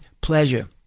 pleasure